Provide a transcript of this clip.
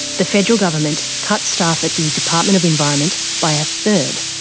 the federal government cut staff at the department of environment by a third.